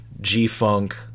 G-funk